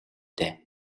дээ